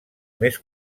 més